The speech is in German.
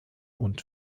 und